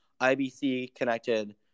IBC-connected